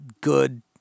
good